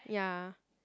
ya